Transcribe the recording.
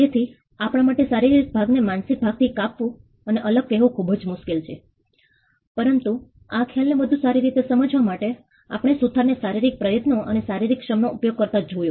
તેથી આપણા માટે શારીરિક ભાગને માનસિક ભાગથી કાપવું અને અલગ કહેવું ખૂબ જ મુશ્કેલ છે પરંતુ આ ખ્યાલને વધુ સારી રીતે સમજવા માટે આપણે સુથારને શારિરીક પ્રયત્નો અને શારીરિક શ્રમનો ઉપયોગ કરતા જોયો